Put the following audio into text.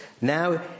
now